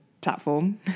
platform